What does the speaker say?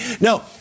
No